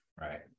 Right